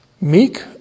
Meek